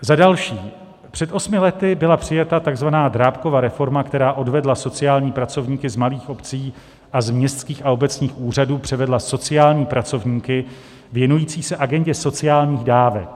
Za další, před osmi lety byla přijata takzvaná Drábkova reforma, která odvedla sociální pracovníky z malých obcí a z městských a obecních úřadů převedla sociální pracovníky věnující se agendě sociálních dávek.